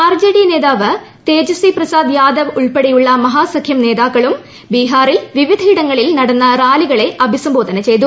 RJD നേതാവ് തേജസ്വി പ്രസ്എദ്ട് ിയാദവ് ഉൾപ്പെടെയുള്ള മഹാസഖ്യം നേത്രുക്കളും ബിഹാറിൽ വിവിധയിടങ്ങളിൽ നടന്ന റാലിക്കുള് അഭിസംബോധന ചെയ്തു